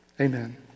Amen